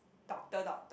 doctor doctor